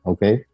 Okay